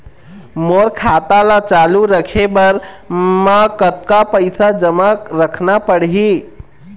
मोर खाता ला चालू रखे बर म कतका पैसा जमा रखना पड़ही?